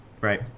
Right